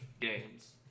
games